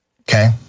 Okay